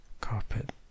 carpet